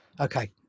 okay